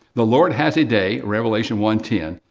the lord has a day, revelation one ten.